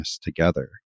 together